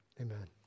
amen